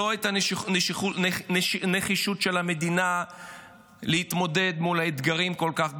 לא את הנחישות של המדינה להתמודד מול אתגרים כל כך גדולים.